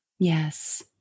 Yes